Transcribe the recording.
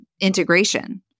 integration